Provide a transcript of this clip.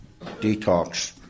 detox